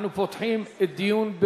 אנחנו פותחים את הדיון.